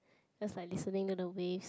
just like listening to the waves